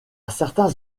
certains